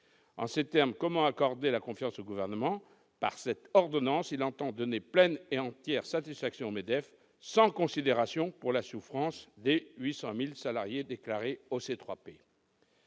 En ces termes, comment accorder confiance au Gouvernement ? Par cette ordonnance, il entend donner pleine et entière satisfaction au MEDEF, sans considération pour la souffrance des 800 000 salariés déclarés au